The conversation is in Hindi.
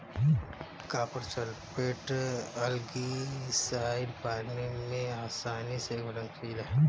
कॉपर सल्फेट एल्गीसाइड पानी में आसानी से घुलनशील है